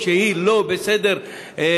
שהיא לא במקום ראשון וחמור בסדר העדיפויות,